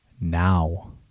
now